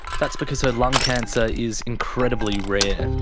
that's because her lung cancer is incredibly rare.